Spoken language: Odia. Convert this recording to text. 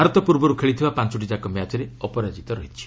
ଭାରତ ପୂର୍ବରୁ ଖେଳିଥିବା ପାଞ୍ଚଟି ଯାକ ମ୍ୟାଚ୍ରେ ଅପରାଜିତ ରହିଛି